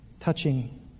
touching